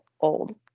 old